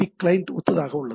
client ஒத்ததாக உள்ளது